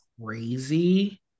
crazy